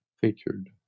featured